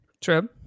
True